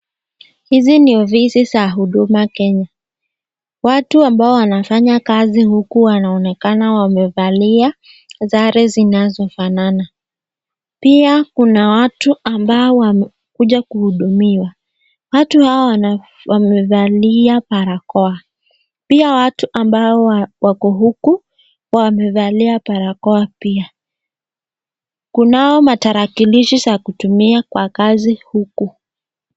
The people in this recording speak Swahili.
Hizi ni ofisi za huduma Kenya, watu ambao wanafanya kazi huku wanaonekana wamevalia sare zinazo zinafanana, pia kuna watu ambao wamekuja kuhudumiwa, watu hao wamevalia barakoa, pia watu ambao wako huku wamevalia barakoa pia ,kunazo matarakilisha zakutumia kwa kazi huku.